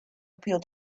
appeal